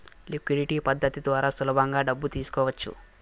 liquidity పద్ధతి ద్వారా సులభంగా డబ్బు తీసుకోవచ్చు